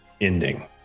ending